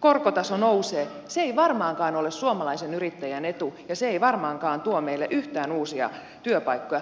korkotaso nousee se ei varmaankaan ole suomalaisen yrittäjän etu ja se ei varmaankaan tuo meille yhtään uusia työpaikkoja